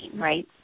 right